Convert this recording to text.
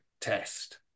Test